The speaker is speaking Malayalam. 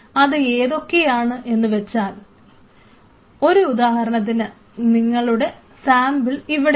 അത് എന്തൊക്കെയാണെന്ന് വെച്ചാൽ ഒരു ഉദാഹരണത്തിന് നിങ്ങളുടെ സാമ്പിൾ ഇവിടെയാണ്